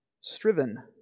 striven